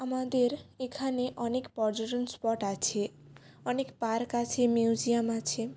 আমাদের এখানে অনেক পর্যটন স্পট আছে অনেক পার্ক আছে মিউজিয়াম আছে